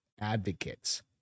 Advocates